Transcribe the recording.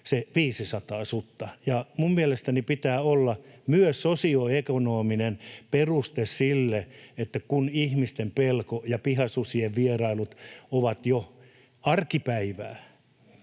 se 500 sutta. Minun mielestäni pitää olla myös sosioekonominen peruste sille, kun ihmisten pelko ja pihasusien vierailut ovat jo arkipäivää.